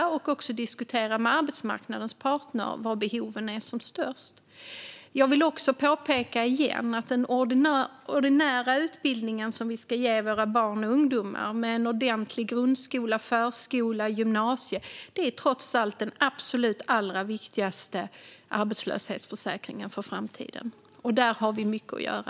Man måste också diskutera med arbetsmarknadens parter var behoven är som störst. Låt mig åter påpeka att den ordinarie utbildningen för våra barn och ungdomar, förskola, grundskola och gymnasium, trots allt är den allra viktigaste arbetslöshetsförsäkringen för framtiden, och här har vi mycket att göra.